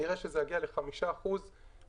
ונראה שזה מגיע ל-5% במקסימום,